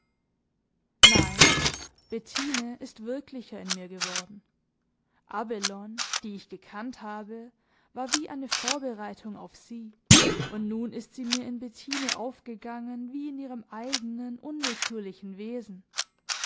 nein bettine ist wirklicher in mir geworden abelone die ich gekannt habe war wie eine vorbereitung auf sie und nun ist sie mir in bettine aufgegangen wie in ihrem eigenen unwillkürlichen wesen